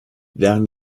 während